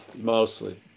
mostly